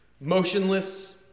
Motionless